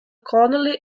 connolly